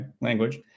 language